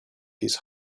his